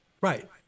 Right